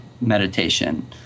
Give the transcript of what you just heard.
meditation